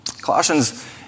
Colossians